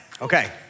Okay